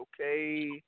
okay